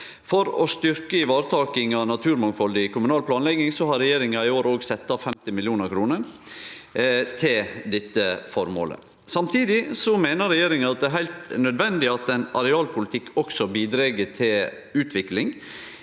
For å styrkje varetakinga av naturmangfaldet i kommunal planlegging har regjeringa i år òg sett av 50 mill. kr til dette føremålet. Samtidig meiner regjeringa at det er heilt nødvendig at ein arealpolitikk også bidreg til utvikling